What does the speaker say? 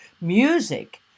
music